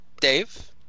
Dave